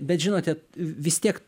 bet žinote vis tiek